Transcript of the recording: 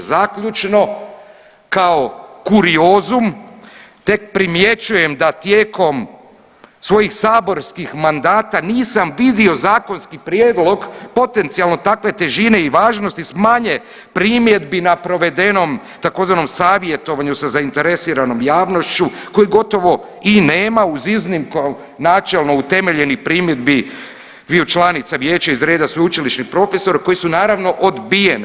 Zaključno, kao kuriozum tek primjećujem da tijekom svojih saborskih mandata nisam vidio zakonski prijedlog potencijalno takve težine i važnosti s manje primjedbi na provedenom tzv. savjetovanju sa zainteresiranom javnošću koji gotovo i nema uz iznimku načelno utemeljenih primjedbi dviju članica vijeća iz reda sveučilišnih profesora koji su naravno odbijene.